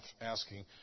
asking